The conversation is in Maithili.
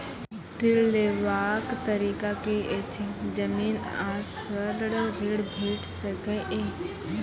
ऋण लेवाक तरीका की ऐछि? जमीन आ स्वर्ण ऋण भेट सकै ये?